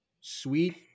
sweet